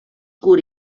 curt